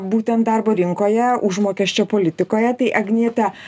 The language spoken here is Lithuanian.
būtent darbo rinkoje užmokesčio politikoje tai agniete